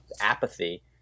apathy